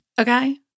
Okay